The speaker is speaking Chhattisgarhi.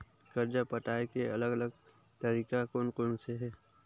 कर्जा पटाये के अलग अलग तरीका कोन कोन से हे?